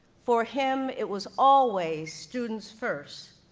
for him it was always students first,